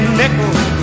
nickels